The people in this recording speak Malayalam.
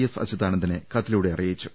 എസ് അച്യു താനന്ദനെ കത്തിലൂടെ അറിയിച്ചു